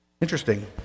Interesting